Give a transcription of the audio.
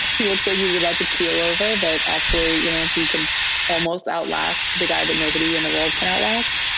he looks like he's about to keel over but actually you know you can almost outlast the guy that nobody in the world can at last.